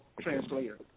translator